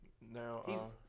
Now